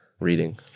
reading